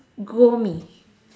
grow me